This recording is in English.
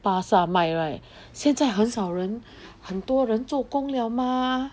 巴刹卖 right 现在很少人很多人做工了吗